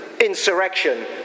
insurrection